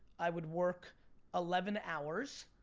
i would work eleven hours,